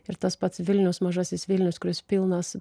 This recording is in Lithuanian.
ir tas pats vilnius mažasis vilnius kuris pilnas